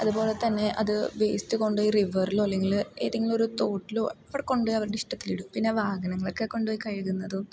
അതുപോലതന്നെ അത് വേസ്റ്റ് കൊണ്ടു പോയി റിവറിലോ അല്ലെങ്കിൽ ഏതെങ്കിലൊരു തോട്ടിലോ അവർ കൊണ്ടു പോയി അവരുടെ ഇഷ്ടത്തിലിടും പിന്നെ വാഹനങ്ങളൊക്കെ കൊണ്ടു പോയി കഴുകുന്നതും